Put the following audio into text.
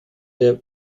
der